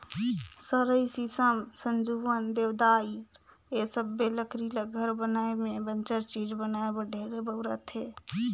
सरई, सीसम, सजुवन, देवदार ए सबके लकरी ल घर बनाये में बंजर चीज बनाये बर ढेरे बउरथे